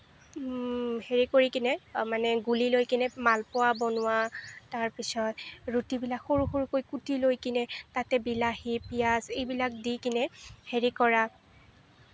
হেৰি কৰি কেনে মানে গুলি লৈ কেনে মালপোৱা বনোৱা তাৰপিছত ৰুটিবিলাক সৰু সৰুকৈ কুটি লৈ কিনে তাতে বিলাহী পিয়াঁজ এইবিলাক দি কেনে হেৰি কৰা